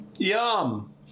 Yum